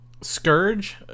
Scourge